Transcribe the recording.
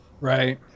right